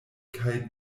kaj